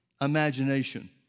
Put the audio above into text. imagination